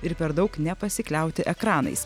ir per daug nepasikliauti ekranais